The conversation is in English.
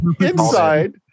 Inside